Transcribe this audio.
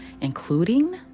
including